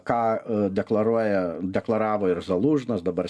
ką deklaruoja deklaravo ir zalužnas dabar